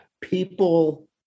people